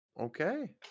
Okay